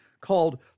called